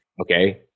okay